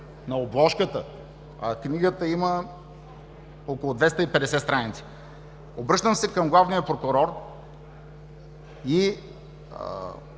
на обложката, а книгата има около 250 страници. Обръщам се към главния прокурор и